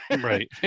Right